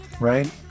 right